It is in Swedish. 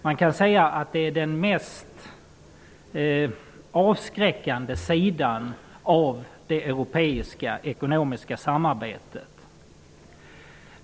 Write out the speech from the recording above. Man kan säga att det är den mest avskräckande sidan av det europeiska ekonomiska samarbetet.